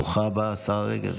ברוכה הבאה, השרה רגב.